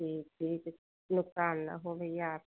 ठीक ठीक नुक़सान ना हो भैया आपका